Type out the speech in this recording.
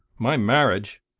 my marriage,